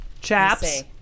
chaps